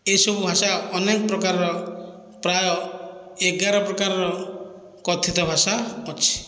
ଏହିସବୁ ଭାଷା ଅନେକ ପ୍ରକାରର ପ୍ରାୟ ଏଗାର ପ୍ରକାରର କଥିତ ଭାଷା ଅଛି